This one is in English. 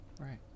Right